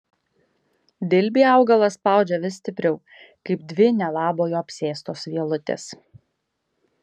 dilbį augalas spaudžia vis stipriau kaip dvi nelabojo apsėstos vielutės